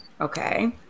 Okay